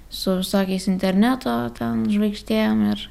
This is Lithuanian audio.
su visokiais interneto ten žvaigždėm ir